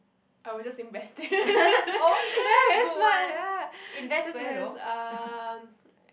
I will just invest it ya that's right ya just where's um